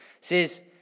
says